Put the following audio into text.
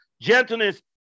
gentleness